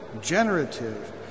generative